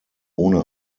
ohne